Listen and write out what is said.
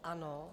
Ano.